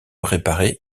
réparer